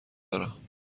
دارم